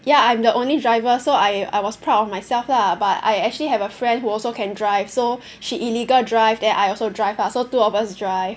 ya I am the only driver so I I was proud of myself lah but I actually have a friend who also can drive so she illegal drive then I also drive lah so two of us drive